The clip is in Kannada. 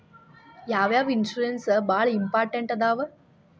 ಯಾವ್ಯಾವ ಇನ್ಶೂರೆನ್ಸ್ ಬಾಳ ಇಂಪಾರ್ಟೆಂಟ್ ಅದಾವ?